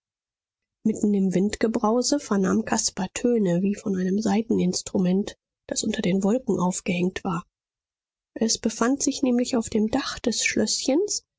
mitten im windgebrause vernahm caspar töne wie von einem saiteninstrument das unter den wolken aufgehängt war es befand sich nämlich auf dem dach des schlößchens